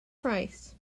price